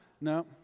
No